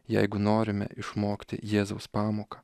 jeigu norime išmokti jėzaus pamoką